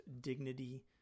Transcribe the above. dignity